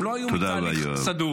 הם לא היו מתהליך סדור.